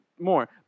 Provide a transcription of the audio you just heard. more